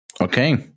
Okay